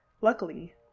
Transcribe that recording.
Luckily